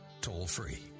toll-free